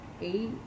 eight